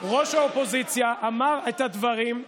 ראש האופוזיציה אמר את הדברים,